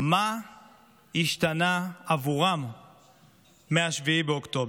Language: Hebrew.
מה השתנה עבורם מ-7 באוקטובר.